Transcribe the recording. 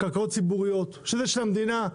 של המדינה,